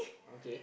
okay